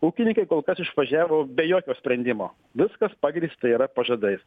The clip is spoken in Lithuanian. ūkininkai kol kas išvažiavo be jokio sprendimo viskas pagrįsta yra pažadais